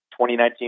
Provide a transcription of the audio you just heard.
2019